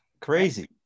Crazy